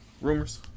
rumors